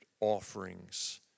offerings